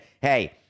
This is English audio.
hey